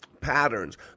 patterns